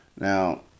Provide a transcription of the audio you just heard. Now